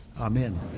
Amen